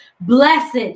Blessed